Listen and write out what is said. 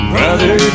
Brother